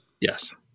Yes